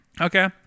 Okay